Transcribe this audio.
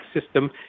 system